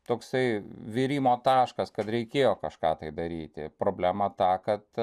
toksai virimo taškas kad reikėjo kažką tai daryti problema ta kad